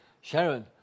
Sharon